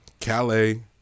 Calais